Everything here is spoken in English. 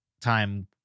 time